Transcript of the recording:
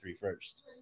first